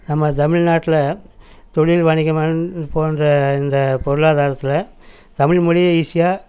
நம்ம தமிழ் நாட்டில தொழில் வணிகம் போன்ற இந்த பொருளாதாரத்தில் தமிழ் மொழியை ஈஸியாக